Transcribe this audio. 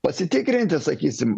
pasitikrinti sakysim